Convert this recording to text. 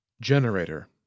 generator